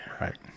right